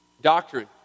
doctrine